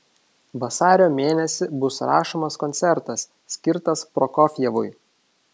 vasario mėnesį bus rašomas koncertas skirtas prokofjevui